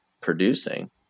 producing